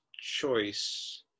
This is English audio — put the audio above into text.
choice